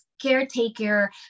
caretaker